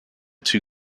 two